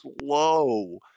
slow